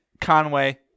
Conway